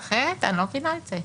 אני לא מבינה את זה.